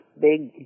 big